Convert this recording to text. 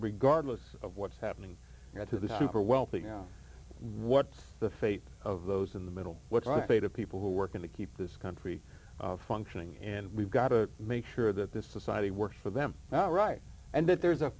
regardless of what's happening to the super wealthy and what the faith of those in the middle what i say to people who work in to keep this country functioning and we've got to make sure that this society works for them now right and that there is a